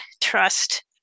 trust